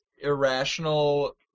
irrational